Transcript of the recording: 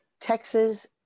Texas